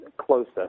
closer